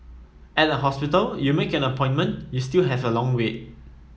at a hospital you make an appointment you still have a long wait